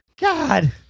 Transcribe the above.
God